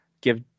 give